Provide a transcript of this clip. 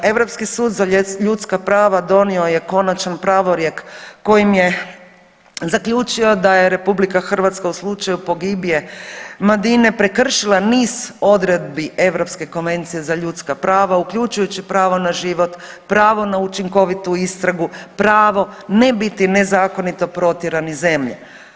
Europski sud za ljudska prava donio je konačan pravorijek kojim je zaključio da je Republika Hrvatska u slučaju pogibije Madine prekršila niz odredbi Europske konvencije za ljudska prava uključujući pravo na život, pravo na učinkovitu istragu, pravo ne biti nezakonito protjeran iz zemlje.